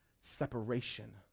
separation